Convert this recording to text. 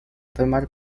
tomar